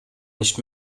nicht